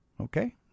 Okay